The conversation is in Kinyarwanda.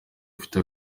bifite